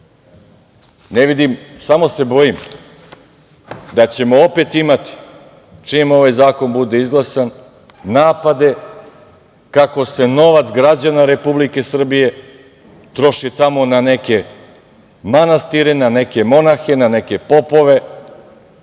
ostajati. Samo se bojim da ćemo opet imati, čim ovaj zakon bude izglasan, napade kako se novac građana Republike Srbije troši tamo na neke manastire, na neke monahe, na neke popove